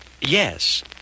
Yes